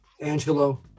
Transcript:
Angelo